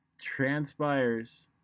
transpires